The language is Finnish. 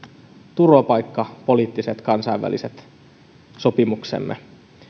turvapaikkapoliittisten kansainvälisten sopimustemme